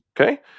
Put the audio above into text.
okay